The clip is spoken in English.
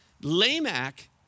Lamech